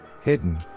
hidden